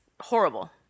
horrible